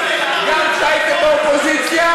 גם כשהייתם באופוזיציה,